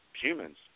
humans